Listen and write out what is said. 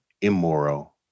immoral